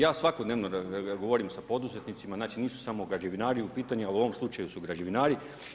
Ja svakodnevno govorim sa poduzetnicima, znači nisu samo građevinari u pitanju, ali u ovom slučaju su građevinari.